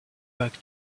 back